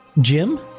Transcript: jim